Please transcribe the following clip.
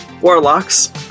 warlocks